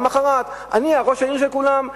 למחרת: אני ראש העיר של כולם.